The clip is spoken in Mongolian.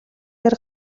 дээр